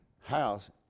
house